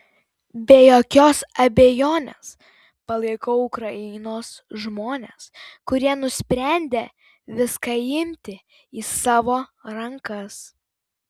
be jokios abejonės palaikau ukrainos žmones kurie nusprendė viską imti į savo rankas